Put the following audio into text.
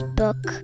book